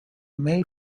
may